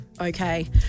Okay